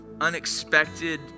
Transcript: unexpected